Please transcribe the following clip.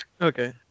Okay